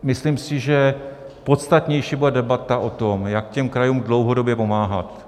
Myslím si ale, že podstatnější bude debata o tom, jak krajům dlouhodobě pomáhat.